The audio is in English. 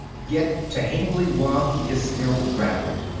get to hengly while he is still rattled,